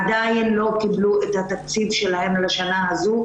עדיין לא קיבלו את התקציב שלהם לשנה הזו,